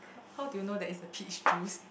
how do you know there is the peach juice